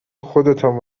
خودتان